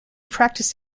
practised